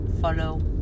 follow